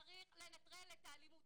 צריך לנטרל את האלימות.